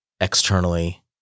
externally